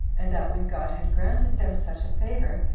and that when god had granted them such a favor,